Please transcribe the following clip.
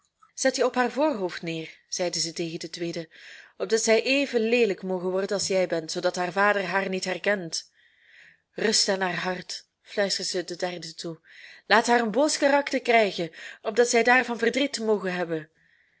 zet je op haar voorhoofd neer zeide zij tegen de tweede opdat zij even leelijk moge worden als jij bent zoodat haar vader haar niet herkent rust aan haar hart fluisterde zij de derde toe laat haar een boos karakter krijgen opdat zij daarvan verdriet moge hebben